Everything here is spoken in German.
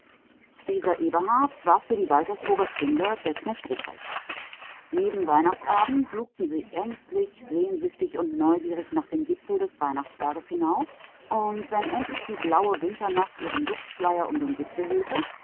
dieser eberhard war für die waltersburger kinder der knecht ruprecht jeden weihnachtsabend lugten sie ängstlich sehnsüchtig und neugierig nach dem gipfel des weihnachtsberges hinauf und wenn endlich die blaue winternacht ihren duftschleier um den gipfel hüllte